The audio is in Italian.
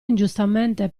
ingiustamente